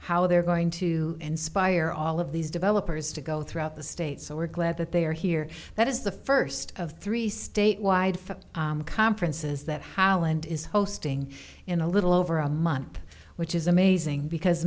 how they're going to inspire all of these developers to go throughout the state so we're glad that they are here that is the first of three statewide conferences that howland is hosting in a little over a month which is amazing because